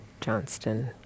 johnston